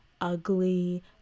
ugly